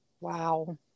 Wow